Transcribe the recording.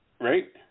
Right